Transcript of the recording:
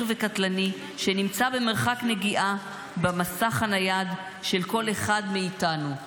וקטלני שנמצא במרחק נגיעה במסך הנייד של כל אחד מאתנו,